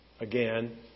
again